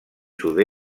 sud